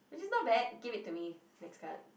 which is not bad give it to me next card